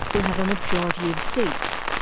will have a majority of seats.